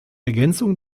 ergänzung